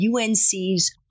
UNC's